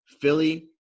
Philly